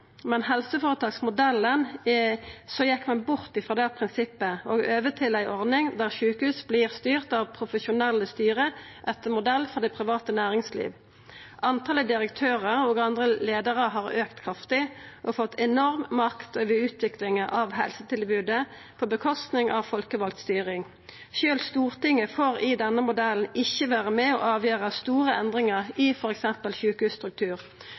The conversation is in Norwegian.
men i helseføretaksmodellen gjekk ein bort frå det prinsippet og over til ei ordning der sjukehus vert styrte av profesjonelle styre etter modell frå det private næringslivet. Antalet direktørar og andre leiarar har auka kraftig og fått enorm makt over utviklinga av helsetilbodet på kostnad av folkevald styring. Sjølv Stortinget får i denne modellen ikkje vera med på å avgjera store endringar i